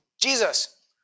Jesus